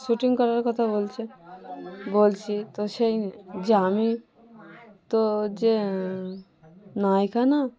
shooting করার কথা বলছে বলছি তো সেই যে আমি তো যে নায়িকা না